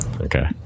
okay